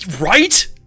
Right